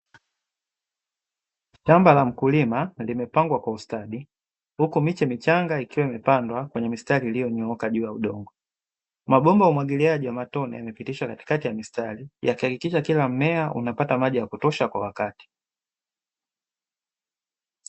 Shamba la mkulima limepandwa kwa ustadi, huku miche michanga ikiwa imepandwa kwenye mistari iliyonyooka juu ya udongo, mabomba ya umwagiliaji wa matone yamepitishwa katikati ya mistari, yakihakikisha kila mmea unapata maji ya kutosha kwa wakati.